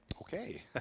okay